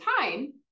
time